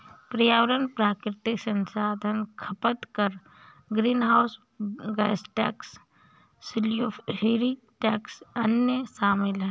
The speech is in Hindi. पर्यावरण प्राकृतिक संसाधन खपत कर, greenhouse gas tax, sulphuric tax, अन्य शामिल हैं